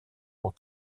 pour